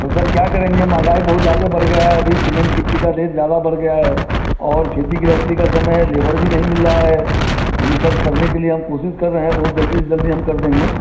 तो सर क्या करेंगे महंगाई बहुत ज़्यादा बढ़ गया है अभी सिमेंट गिट्टी का रेट ज़्यादा बढ़ गया है और खेती गृहस्ती का समय है लेबर भी नहीं मिल रहा है लेकिन सर करने के लिए हम कोशिश कर रहे हैं बहुत जल्दी से जल्दी हम कर देंगे